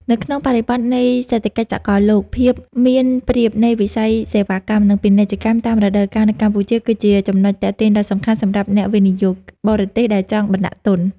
នៅក្នុងបរិបទនៃសេដ្ឋកិច្ចសកលលោក ភាពមានប្រៀបនៃវិស័យសេវាកម្ម និងពាណិជ្ជកម្មតាមរដូវកាលនៅកម្ពុជា គឺជាចំណុចទាក់ទាញដ៏សំខាន់សម្រាប់អ្នកវិនិយោគបរទេសដែលចង់បណ្តាក់ទុន។